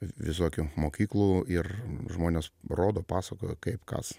visokių mokyklų ir žmonės rodo pasakoja kaip kas